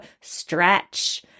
stretch